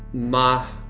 ma,